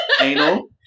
Anal